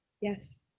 Yes